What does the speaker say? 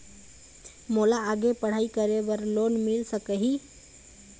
मोला आगे पढ़ई करे बर लोन मिल सकही?